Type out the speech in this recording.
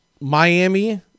Miami